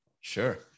sure